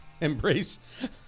Embrace